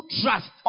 trust